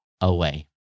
away